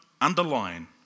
underlying